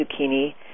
zucchini